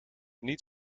niet